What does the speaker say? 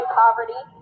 poverty